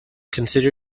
consider